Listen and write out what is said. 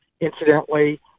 incidentally